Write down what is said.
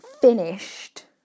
finished